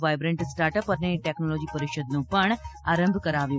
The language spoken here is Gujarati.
વાયબ્રન્ટ સ્ટાર્ટઅપ અને ટેકનોલોજી પરિષદનો પણ આરંભ કરાવ્યો